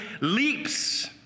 leaps